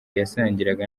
yasangiraga